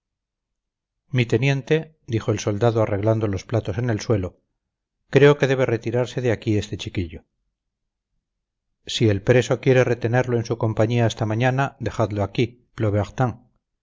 mi teniente dijo el soldado arreglando los platos en el suelo creo que debe retirarse de aquí este chiquillo si el preso quiere retenerlo en su compañía hasta mañana dejadlo aquí plobertin ese